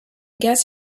guess